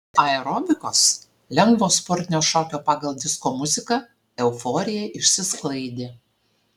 aerobikos lengvo sportinio šokio pagal disko muziką euforija išsisklaidė